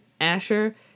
Asher